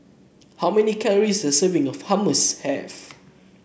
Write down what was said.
how many calories does a serving of Hummus have